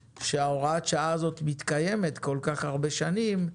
שהוראת השעה הזאת מתקיימת כל כך הרבה שנים,